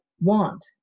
want